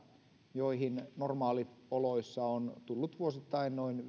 joihin normaalioloissa on tullut vuosittain noin